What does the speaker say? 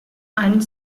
and